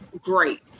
great